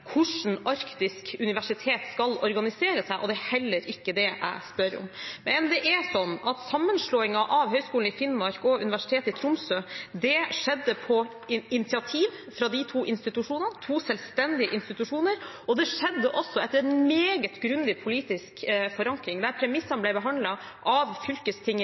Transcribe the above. hvordan Norges arktiske universitet skal organisere seg, og det er heller ikke det jeg spør om. Men det er slik at sammenslåingen av Høgskolen i Finnmark og Universitetet i Tromsø skjedde på initiativ fra de to institusjonene – to selvstendige institusjoner – og det skjedde også etter en meget grundig politisk forankring, der premissene ble behandlet av fylkestinget